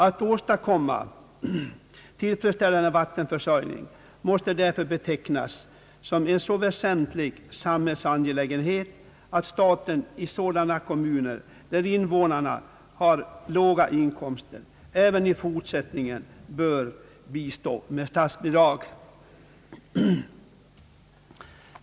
Att åstadkomma en tillfredsställande vattenförsörjning måste därför betecknas som en så väsentlig samhällelig angelägenhet att staten i sådana kommuner, där invånarna har låga inkomster, även i fortsättningen bör bistå med statsbidrag.